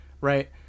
right